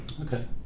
Okay